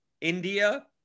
India